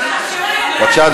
בבקשה.